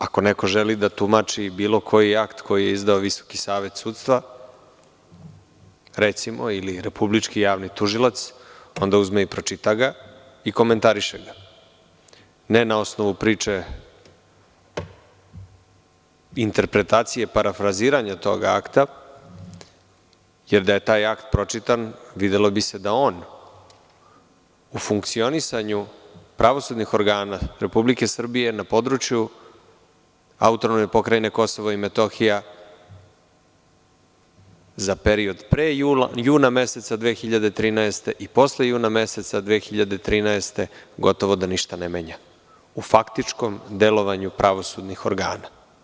Ako neko želi da tumači bilo koji akt koji je izdao VSS ili republički javni tužilac, onda uzme i pročita ga i komentariše ga, ne na osnovu priče interpretacije, parafraziranja tog akta, jer da je taj akt pročitan, videlo bi se da on u funkcionisanju pravosudnih organa Republike Srbije na području AP Kosova i Metohija, za period pre juna meseca 2013. godine i posle juna meseca 2013. godine, gotovo da ništa ne menja, u faktičkom delovanju pravosudnih organa.